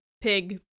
pig